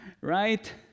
right